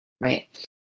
Right